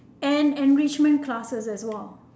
and enrichment classes as well